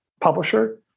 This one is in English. publisher